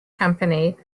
company